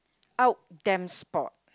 out damn spot